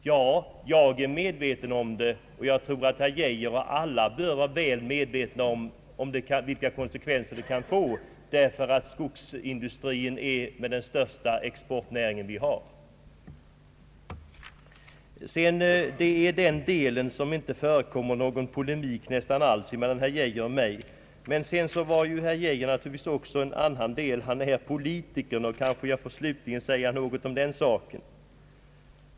Ja, jag är medveten om detta, och jag tror att herr Geijer och alla bör vara väl medvetna om vilka konsekvenser detta kan få, eftersom skogsindustrin är vår största exportnäring. I den delen förekommer alltså inte någon polemik mellan herr Geijer och mig. Men herr Geijer är även politiker, och jag kanske kan få avsluta min replik med att säga någonting om den saken.